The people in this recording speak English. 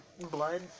blood